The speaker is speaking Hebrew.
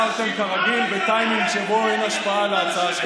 אז בחרתם כרגיל בטיימינג שבו אין השפעה להצעה שלכם.